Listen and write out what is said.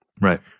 right